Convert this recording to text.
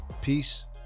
Peace